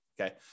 okay